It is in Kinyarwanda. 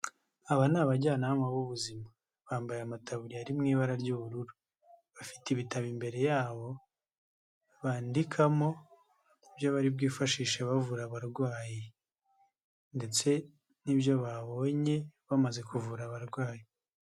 Aba ni abajyanama b'ubuzima, bambaye amataburiya ari mu ibara ry'ubururu. Bafite ibitabo imbere yabo bandikamo ibyo bari bwifashishe bavura abarwayi ndetse n'ibyo babonye bamaze kuvura abarwayi.